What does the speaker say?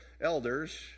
elders